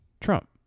Trump